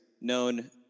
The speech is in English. known